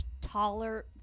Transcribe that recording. taller